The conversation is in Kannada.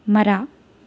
ಮರ